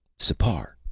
sipar!